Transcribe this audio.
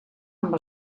amb